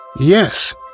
Yes